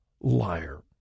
liar